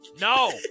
No